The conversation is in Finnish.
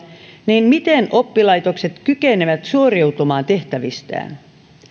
niin miten oppilaitokset kykenevät suoriutumaan tehtävistään etenkään